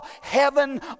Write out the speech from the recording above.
Heaven